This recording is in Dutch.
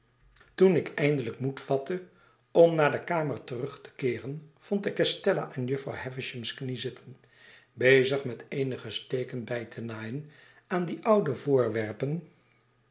toen ik eindelijk moed vatte om naar de kamer terug te keeren vond ik estella aan jufvrouw havisham's knie zitten bezig met eenige steken by te naaien aan die oude voorwerpen